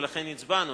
ולכן הצבענו,